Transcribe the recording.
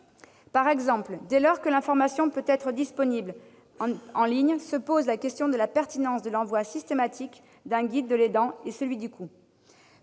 Par exemple, dès lors que l'information peut être disponible en ligne, se posent les questions de la pertinence de l'envoi systématique d'un « guide de l'aidant » et du coût